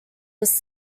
list